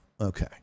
Okay